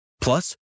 Plus